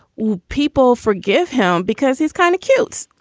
will people forgive him because he's kind of cute.